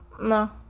No